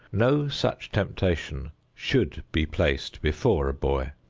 no such temptation should be placed before a boy.